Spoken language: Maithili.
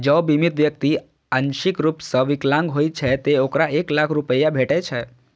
जौं बीमित व्यक्ति आंशिक रूप सं विकलांग होइ छै, ते ओकरा एक लाख रुपैया भेटै छै